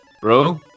Bro